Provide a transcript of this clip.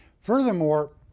Furthermore